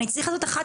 אני צריך לעשות 1,